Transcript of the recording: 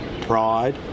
pride